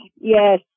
yes